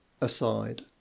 aside